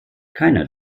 keiner